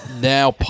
now